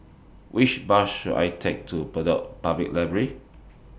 Which Bus should I Take to Bedok Public Library